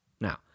Now